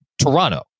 Toronto